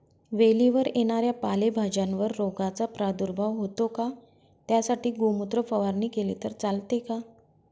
वेलीवर येणाऱ्या पालेभाज्यांवर रोगाचा प्रादुर्भाव होतो का? त्यासाठी गोमूत्र फवारणी केली तर चालते का?